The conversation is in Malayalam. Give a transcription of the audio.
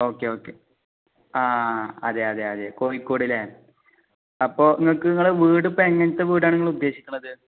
ഓക്കെ ഓക്കെ ആ അതെ അതെ അതെ കോഴിക്കോടില്ലേ അപ്പോൾ നിങ്ങൾക്ക് നിങ്ങൾ വീട് ഇപ്പം എങ്ങനത്തെ വീടാണ് നിങ്ങൾ ഉദ്ദേശിക്കണത്